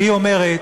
והיא אומרת: